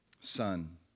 son